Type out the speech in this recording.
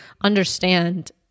understand